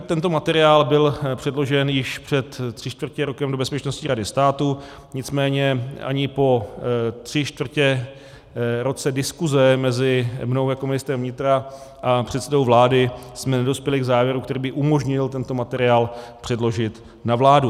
Tento materiál byl předložen již před tři čtvrtě rokem do Bezpečnostní rady státu, nicméně ani po tři čtvrtě roce diskuse mezi mnou jako ministrem vnitra a předsedou vlády jsme nedospěli k závěru, který by umožnil tento materiál předložit na vládu.